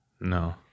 No